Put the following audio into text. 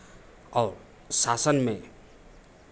और शासन में